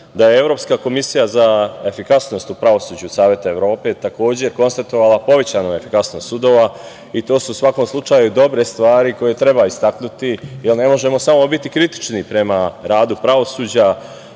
da je Evropska komisija za efikasnost u pravosuđu Saveta Evrope takođe konstatovala povećanu efikasnost sudova i to su svakako slučajevi, dobre stvari koje treba istaknuti, jer ne možemo samo biti krivični prema radu pravosuđa,